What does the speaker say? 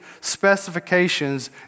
specifications